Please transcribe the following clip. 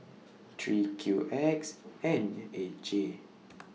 three Q X N eight J